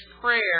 prayer